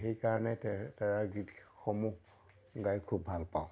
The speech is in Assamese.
সেইকাৰণে তে তাৰা গীতসমূহ গাই খুব ভাল পাওঁ